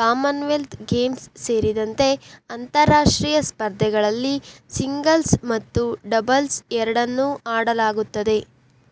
Commonwealth games ಸೇರಿದಂತೆ ಅಂತಾರಾಷ್ಟ್ರೀಯ ಸ್ಪರ್ಧೆಗಳಲ್ಲಿ ಸಿಂಗಲ್ಸ್ ಮತ್ತು ಡಬಲ್ಸ್ ಎರಡನ್ನೂ ಆಡಲಾಗುತ್ತದೆ